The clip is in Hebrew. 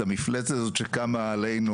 את המפלצת הזאת שקמה עלינו,